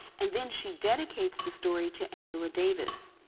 and then she dedicates the story to angela davis.